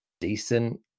decent